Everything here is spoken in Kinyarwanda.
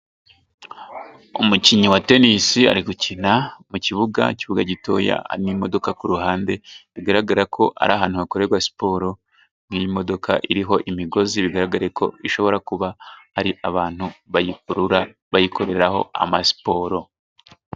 Umukinnyi wa tenisi ari gukina mu kibuga ,ikibuga gitoya n'imodoka ku ruhande ,bigaragara ko ari ahantu hakorerwa siporo n'imodoka iriho imigozi bigaragara ko ishobora kuba ari abantu bayikurura bayikoreraho amasiporo.